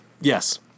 Yes